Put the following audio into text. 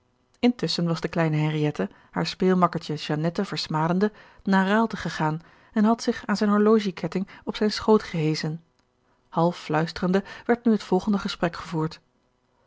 intusschen was de kleine henriëtte haar speelmakkertje jeannette versmadende naar raalte gegaan en had zich aan zijn horologieketting op zijne schoot geheschen half fluisterende werd nu het volgende gesprek gevoerd